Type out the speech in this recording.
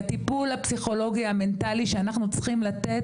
הטיפול הפסיכולוגי המנטלי שאנחנו צריכים לתת